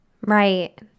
Right